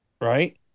right